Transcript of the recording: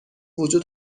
وجود